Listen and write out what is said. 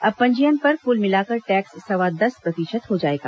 अब पंजीयन पर कुल मिलाकर टैक्स सवा दस प्रतिशत हो जाएगा